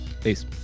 Peace